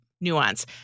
nuance